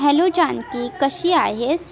hello Janaki कशी आहेस